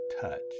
touch